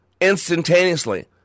instantaneously